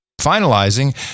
finalizing